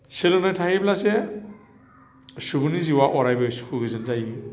सोलोंथाय थायोब्लासो सुबुंनि जिउआ अरायबो सुखु गोजोन जायो